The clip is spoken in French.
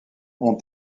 ont